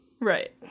Right